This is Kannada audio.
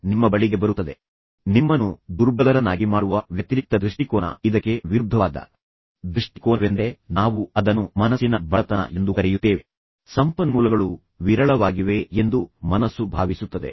ಆದರೆ ನಂತರ 2 ಪಾಲುದಾರರು ಅಥವಾ 2 ವ್ಯಕ್ತಿಗಳ ನಡುವೆ 2 ಪ್ರೀತಿಯ ದಂಪತಿಗಳು ಆದ್ದರಿಂದ ನೀವು ಏನು ಮಾಡಬಹುದು ಅವರು ಸತ್ಯ ಅಥವಾ ಧೈರ್ಯದಂತಹ ಸರಳ ಆಟವನ್ನು ಆಡುವಂತೆ ಮಾಡಬಹುದು